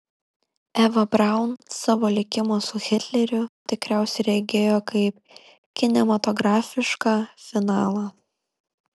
eva braun savo likimą su hitleriu tikriausiai regėjo kaip kinematografišką finalą